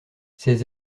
ses